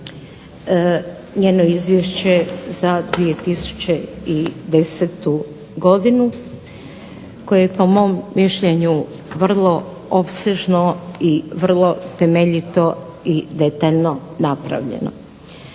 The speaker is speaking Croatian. njeno izvješće za 2010. godinu koje je po mom mišljenju vrlo opsežno i vrlo temeljito i detaljno napravljeno.